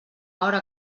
hora